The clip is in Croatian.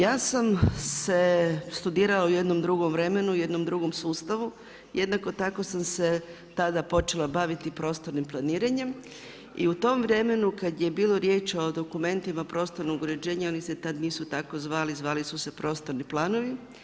Ja sam studirala u jednom drugom vremenu i jednom drugom sustavu i jednako tako sam se tada počela baviti prostornim planiranjem i u tom vremenu kad je bilo riječi o dokumentima prostornog uređenja, oni se tad nisu tako zvali, zvali su se prostorni planovi.